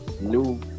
new